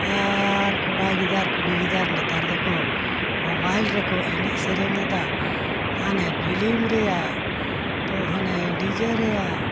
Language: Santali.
ᱟᱨ ᱠᱚᱲᱟ ᱜᱤᱫᱟᱹᱨ ᱠᱩᱲᱤ ᱜᱤᱫᱟᱹᱨ ᱱᱮᱛᱟᱨ ᱫᱚᱠᱚ ᱢᱳᱵᱟᱭᱤᱞ ᱨᱮᱠᱚ ᱮᱱᱮᱡ ᱥᱮᱨᱮᱧ ᱮᱫᱟ ᱦᱟᱱᱮ ᱯᱷᱤᱞᱢ ᱨᱮᱱᱟᱜ ᱛᱚ ᱦᱟᱱᱮ ᱰᱤᱡᱮ ᱨᱮᱱᱟᱜ